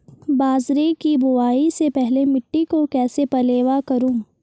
बाजरे की बुआई से पहले मिट्टी को कैसे पलेवा करूं?